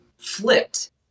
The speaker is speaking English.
flipped